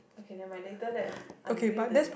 okay never mind later let's reveal the thing